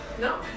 No